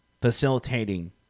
facilitating